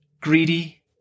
greedy